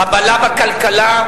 חבלה בכלכלה,